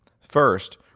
first